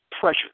pressure